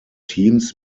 teams